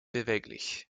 beweglich